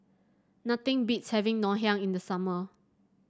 nothing beats having Ngoh Hiang in the summer